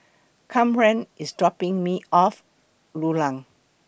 Kamren IS dropping Me off Rulang